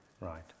right